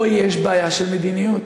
פה יש בעיה של מדיניות.